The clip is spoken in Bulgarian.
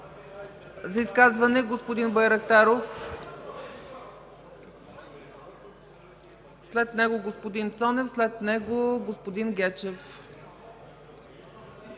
За изказване – господин Байрактаров. След него господин Цонев, след него – господин Гечев.